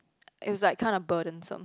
it was like kind of burdensome